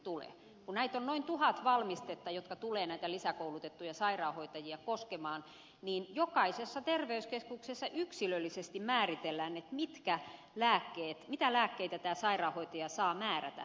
kun on noin tuhat valmistetta jotka tulevat koskemaan näitä lisäkoulutettuja sairaanhoitajia niin jokaisessa terveyskeskuksessa yksilöllisesti määritellään mitä lääkkeitä sairaanhoitaja saa määrätä